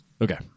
Okay